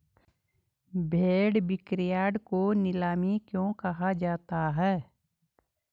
भेड़ बिक्रीयार्ड को नीलामी क्यों कहा जाता है?